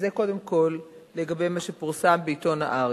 זה קודם כול לגבי מה שפורסם בעיתון "הארץ".